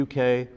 UK